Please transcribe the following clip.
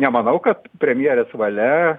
nemanau kad premjerės valia